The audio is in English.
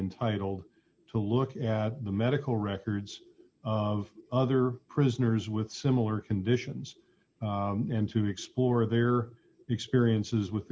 entitled to look at the medical records of other prisoners with similar conditions and to explore their experiences with